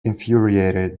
infuriated